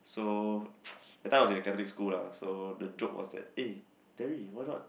so that time I was in Catholic school lah so the joke was that eh Terry why not